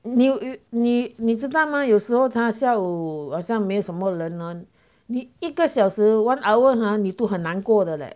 你你你知道吗有时候他下午好像没什么人 hor 你一个小时 one hour ha 你都很难过的 de leh